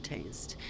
Taste